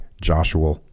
Joshua